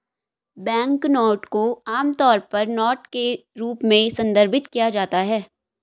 banknote को आमतौर पर नोट के रूप में संदर्भित किया जाता है